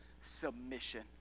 submission